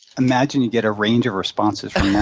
imagine you get a range of responses from